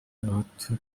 n’abahutu